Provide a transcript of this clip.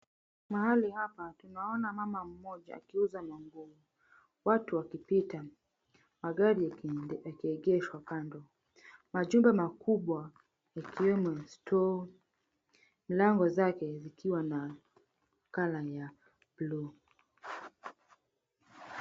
Mahali hapa tunaona mama mmoja akiuza manguo, watu wakipita magari yakiegeshwa kando. Majumba makubwa yakiwemo store mlango zake zikiwa na color ya buluu.